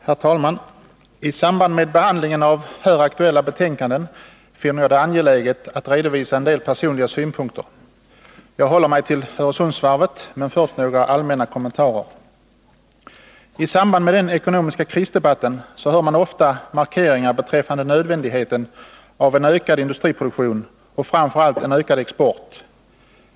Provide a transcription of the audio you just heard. Herr talman! I samband med behandlingen av här aktuella betänkanden finner jag angeläget att redovisa en del personliga synpunkter. Jag håller mig till Öresundsvarvet, men först några allmänna kommentarer. I samband med debatten om den ekonomiska krisen hör man ofta markeringar beträffande nödvändigheten av en ökad industriproduktion och framför allt av ökad export.